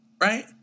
right